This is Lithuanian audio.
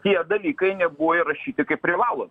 tie dalykai nebuvo įrašyti kaip privalo